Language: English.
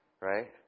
right